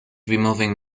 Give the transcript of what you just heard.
removing